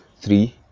three